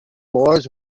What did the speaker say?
laws